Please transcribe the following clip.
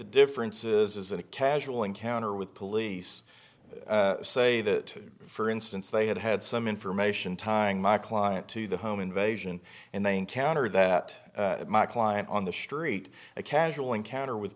the difference is in a casual encounter with police say that for instance they had had some information tying my client to the home invasion and they encountered that my client on the street a casual encounter with